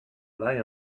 lie